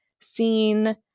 seen